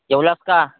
जेवलास का